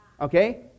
Okay